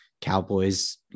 Cowboys